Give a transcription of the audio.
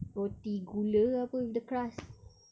roti gula ke apa with the crust